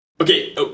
Okay